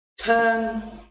turn